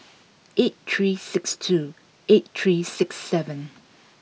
eight three six two eight three six seven